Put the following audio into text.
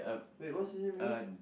wait what's his name again